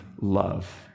love